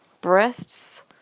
breasts